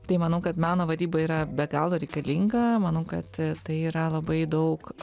tai manau kad meno vadyba yra be galo reikalinga manau kad tai yra labai daug